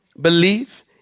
Belief